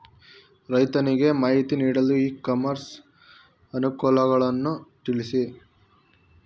ರೈತರಿಗೆ ಮಾಹಿತಿ ನೀಡಲು ಇ ಕಾಮರ್ಸ್ ಅನುಕೂಲಗಳನ್ನು ತಿಳಿಸಿ?